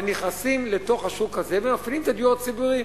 אבל נכנסים לתוך השוק הזה ומפעילים את הדיור הציבורי,